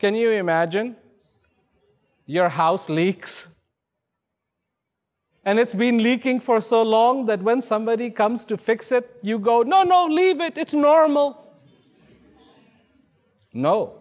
can you imagine your house leaks and it's been leaking for so long that when somebody comes to fix it you go no no leave it it's normal no